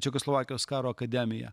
čekoslovakijos karo akademiją